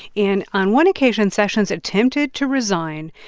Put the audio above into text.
and on one occasion, sessions attempted to resign.